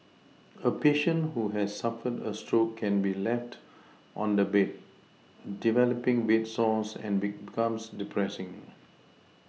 a patient who has suffered a stroke can be left on the bed develoPing bed sores and becomes depressing